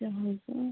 अच्छा हो का